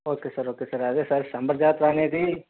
okay sir okay sir అదే సంబర జాతర అనేది